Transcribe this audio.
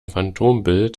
phantombild